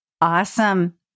Awesome